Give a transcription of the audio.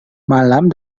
malam